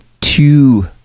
two